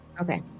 okay